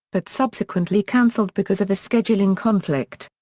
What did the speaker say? but subsequently cancelled because of a scheduling conflict.